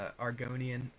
Argonian